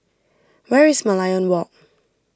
where is Merlion Walk